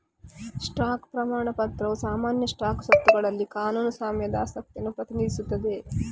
stock ಪ್ರಮಾಣ ಪತ್ರವು ಸಾಮಾನ್ಯ ಸ್ಟಾಕ್ ಸ್ವತ್ತುಗಳಲ್ಲಿ ಕಾನೂನು ಸ್ವಾಮ್ಯದ ಆಸಕ್ತಿಯನ್ನು ಪ್ರತಿನಿಧಿಸುತ್ತದೆ